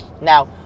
Now